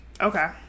okay